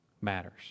matters